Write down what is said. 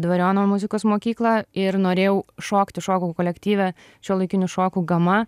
dvariono muzikos mokyklą ir norėjau šokti šokau kolektyve šiuolaikinių šokių gama